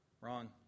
Wrong